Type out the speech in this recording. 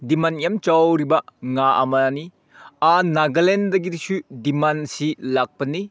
ꯗꯤꯃꯥꯟ ꯌꯥꯝ ꯆꯥꯎꯔꯤꯕ ꯉꯥ ꯑꯃꯅꯤ ꯑꯥ ꯅꯥꯒꯥꯂꯦꯝꯗꯒꯤꯁꯨ ꯗꯤꯃꯥꯟꯁꯤ ꯂꯥꯛꯄꯅꯤ